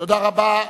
תודה רבה.